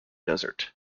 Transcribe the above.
desert